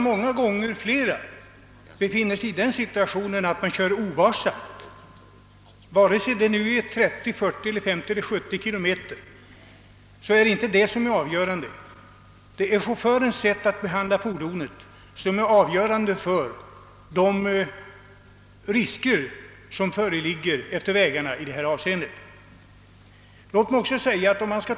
Många förare kör ovarsamt vare sig hastigheten är 30, 40, 50, 60 eller 70 kilometer i timmen. Det är chaufförens sätt att behandla fordonet som är avgörande för riskerna på vägarna.